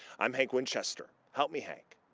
i'm hank winchester, help me hank.